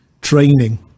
training